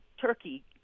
turkey